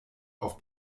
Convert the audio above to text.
auf